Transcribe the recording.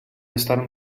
estar